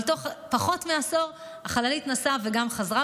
אבל תוך פחות מעשור החללית נסעה וגם חזרה.